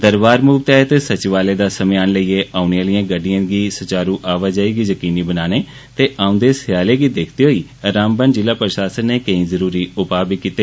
दरबार मूव तैहत सचिवालय दा समेयान लेइयै औने आहलिएं गड्डिएं दी सुचारु आवाजाही गी यकीनी बनाने ते औंदे स्यालै गी दिक्खदे होई रामबन जिला प्रशासन नै केंई जरुरी उपा कीते